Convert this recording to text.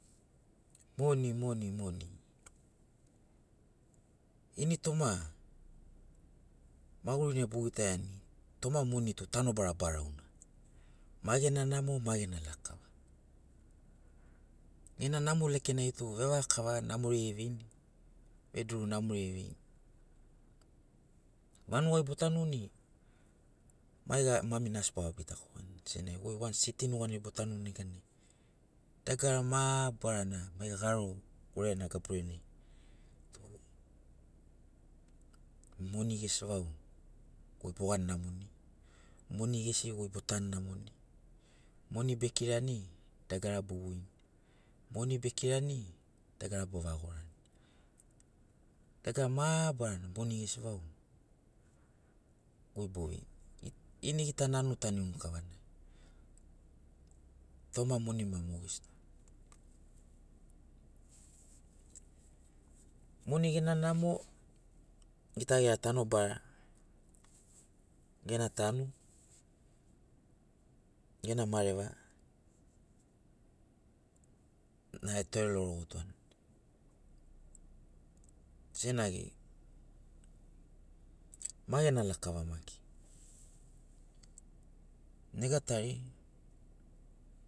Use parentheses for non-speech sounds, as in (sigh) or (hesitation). Moni moni moni, initoma magurina bogitaiani toma moni tu tanobara barau na, ma gena namo ma gena lakava. Gena namo lekenai tu vevagakava namori eveini. Veduru namori e veini. Vanugai botanuni maiga mamina asi boga ginikauani senagi goi wans siti nuganai botanuni neganai dagara mabarana mai garo goirana gaburenai (hesitation) moni. gesi vau goi bogani namoni moni gesi vau goi botanu namoni moni bekirani dagara bovoini moni bekirani dagara bovaga gorani. Dagara mabarana moni gesi vau goi boveini. Ini gita nanu ta niuni kavana toma moni maki mogesina. (hesitation) moni gena namo gita gera tanobara gena tanu gena mareva na etore lologotoani senagi ma gena lakava maki nega tari. (hesitation)